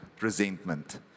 Resentment